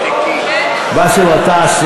באסל גטאס.